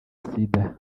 sida